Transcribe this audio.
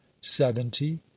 seventy